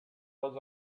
was